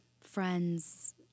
friends